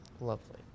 lovely